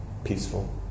peaceful